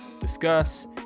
discuss